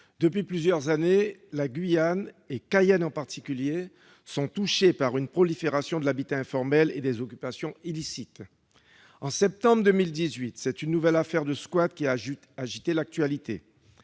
Depuis plusieurs années, la Guyane et Cayenne, en particulier, sont touchés par une prolifération de l'habitat informel et des occupations illicites. En septembre 2018, c'est une nouvelle affaire de squat qui a agité l'actualité.